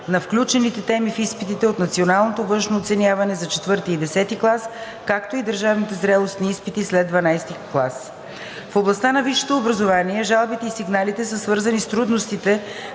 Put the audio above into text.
на включените теми в изпитите от националното външно оценяване за IV и X клас, както и държавните зрелостни изпити след XII клас. В областта на висшето образование жалбите и сигналите са свързани с трудностите